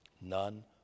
None